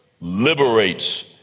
liberates